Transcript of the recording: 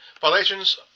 violations